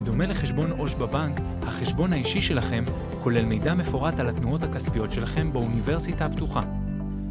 דומה לחשבון עו"ש בבנק, החשבון האישי שלכם, כולל מידע מפורט על התנועות הכספיות שלכם באוניברסיטה הפתוחה.